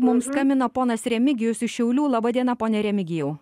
dabar mums skambina ponas remigijus iš šiaulių laba diena pone remigijau